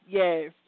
yes